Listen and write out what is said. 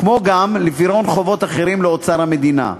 כמו גם לפירעון חובות אחרים לאוצר המדינה.